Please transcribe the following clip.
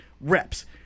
reps